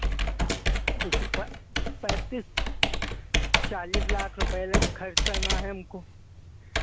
उसपे पैंतीस चालीस लाख रुपये ल खर्च करना है हमको